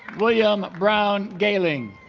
william brown gehling